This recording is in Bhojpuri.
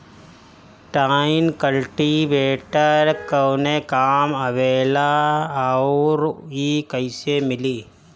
टाइन कल्टीवेटर कवने काम आवेला आउर इ कैसे मिली?